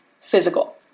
physical